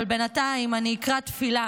אבל בינתיים אני אקרא תפילה